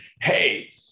hey